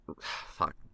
Fuck